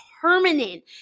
permanent